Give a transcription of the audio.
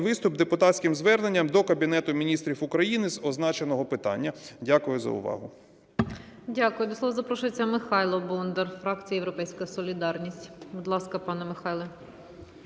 виступ депутатським зверненням до Кабінету Міністрів України з означеного питання. Дякую за увагу. ГОЛОВУЮЧА. Дякую. До слова запрошується Михайло Бондар, фракція "Європейська солідарність". Будь ласка, пане Михайле.